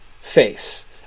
face